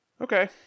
Okay